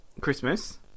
Christmas